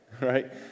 right